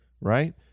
right